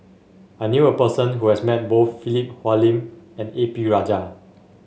I knew a person who has met both Philip Hoalim and A P Rajah